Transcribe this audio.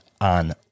on